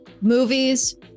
movies